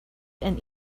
and